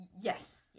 Yes